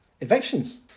evictions